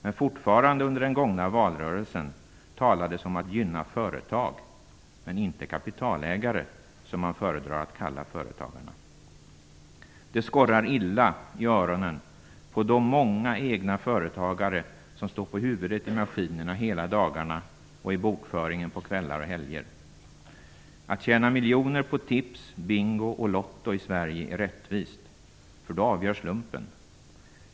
Men under den gångna valrörelsen talades det fortfarande om att gynna företag men inte kapitalägare, som man föredrar att kalla företagarna. Det skorrar illa i öronen på de många egna företagare som står på huvudet i maskinerna hela dagarna och i bokföringen på kvällar och helger. Att tjäna miljoner på tips, bingo och lotto i Sverige är rättvist, för då avgör slumpen.